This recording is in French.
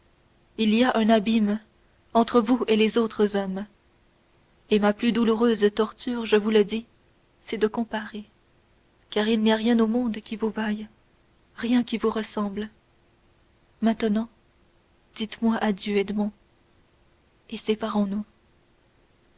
il y a un abîme entre vous et les autres hommes et ma plus douloureuse torture je vous le dis c'est de comparer car il n'y a rien au monde qui vous vaille rien qui vous ressemble maintenant dites-moi adieu edmond et